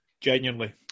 genuinely